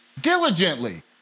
Diligently